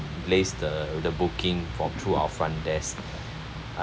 place the the booking from through our front desk